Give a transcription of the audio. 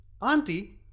Auntie